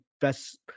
best